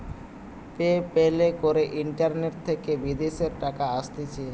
pay প্যালে করে internet থেকে বিদেশের টাকা আসতিছে